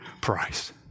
price